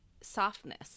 softness